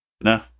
No